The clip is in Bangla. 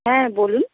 হ্যাঁ বলুন